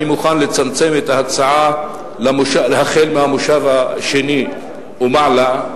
אני מוכן לצמצם את ההצעה מהמושב השני ומעלה,